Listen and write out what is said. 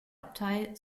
abtei